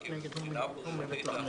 כי מבחינה בריאותית אנחנו